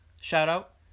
shout-out